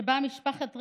שבה משפחת טרגרמן,